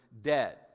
dead